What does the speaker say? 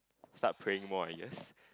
start praying more I guess